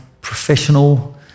professional